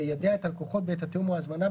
יידע את הלקוחות בעת התיאום או ההזמנה,